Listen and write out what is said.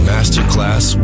Masterclass